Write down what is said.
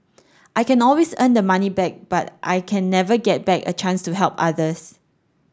I can always earn the money back but I can never get back a chance to help others